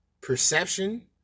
perception